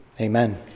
amen